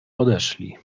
odeszli